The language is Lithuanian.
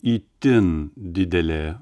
itin didelė